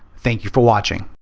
thank you for watching.